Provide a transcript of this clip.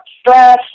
stress